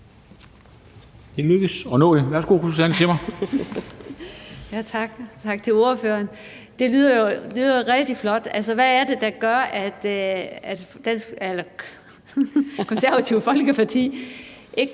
bemærkning. Kl. 13:52 Susanne Zimmer (FG): Tak til ordføreren. Det lyder rigtig flot. Altså, hvad er det, der gør, at Det Konservative Folkeparti ikke